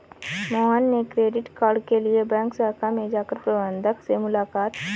मोहन ने credit card के लिए बैंक शाखा में जाकर प्रबंधक से मुलाक़ात की